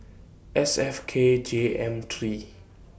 S F K J M three